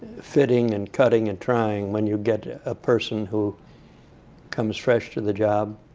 fitting and cutting and trying when you get a person who comes fresh to the job,